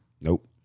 Nope